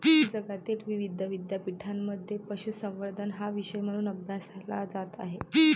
जगातील विविध विद्यापीठांमध्ये पशुसंवर्धन हा विषय म्हणून अभ्यासला जात आहे